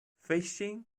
fishing